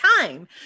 time